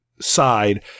side